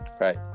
right